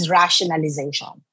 rationalization